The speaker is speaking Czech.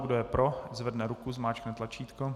Kdo je pro, ať zvedne ruku a zmáčkne tlačítko.